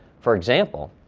for example,